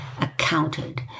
accounted